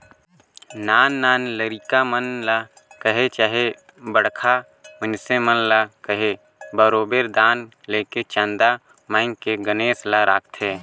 नान नान लरिका मन ल कहे चहे बड़खा मइनसे मन ल कहे बरोबेर दान लेके चंदा मांएग के गनेस ल रखथें